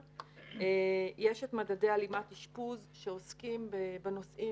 יש את מדדי הלימת אשפוז שעוסקים בנושאים